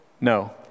No